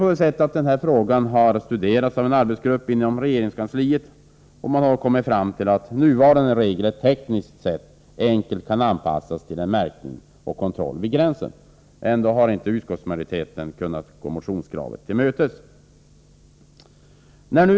Den här frågan har studerats av en arbetsgrupp inom regeringskansliet, som kommit fram till att de nuvarande reglerna tekniskt sett enkelt kan anpassas till en märkning och kontroll vid gränsen. Utskottsmajoriteten har trots detta inte ansett sig kunna gå motionskravet till mötes.